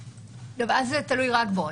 אז זה תלוי רק בו.